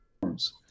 forms